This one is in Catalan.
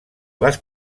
les